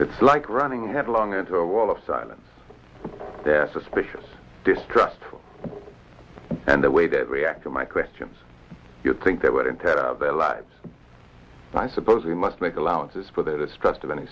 it's like running headlong into a wall of silence they're suspicious distrustful and the way that react to my questions you'd think they would in terror of their lives i suppose we must make allowances for their distrust of any